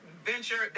Venture